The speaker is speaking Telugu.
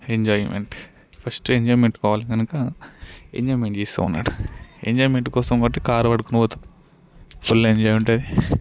ఎంజాయ్మెంట్ ఫస్ట్ ఎంజాయ్మెంట్ కావాలి కనుక ఎంజాయ్మెంట్ చేస్తామన్నట్టు ఎంజాయ్మెంట్ కోసం కాబట్టి కారు కారు పట్టుకొని పోతాం ఫుల్ ఎంజాయ్ ఉంటుంది